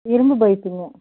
இரும்பு பைப்புங்க